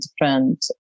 different